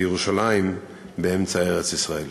וירושלים באמצע ארץ-ישראל".